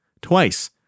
Twice